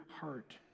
heart